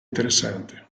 interessante